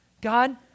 God